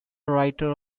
writer